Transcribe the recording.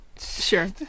sure